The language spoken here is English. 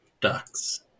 Ducks